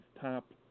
top